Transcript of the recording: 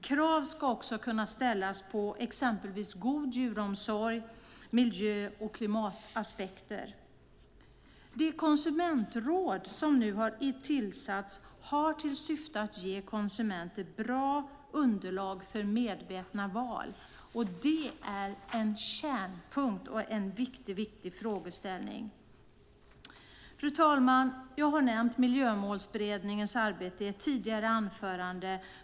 Krav ska också kunna ställas på exempelvis god djuromsorg, miljö och klimataspekter. Det konsumentråd som nu har tillsatts har till syfte att ge konsumenter bra underlag för medvetna val. Det är en kärnpunkt och en mycket viktig frågeställning. Fru talman! Jag har nämnt Miljömålsberedningens arbete i ett tidigare anförande.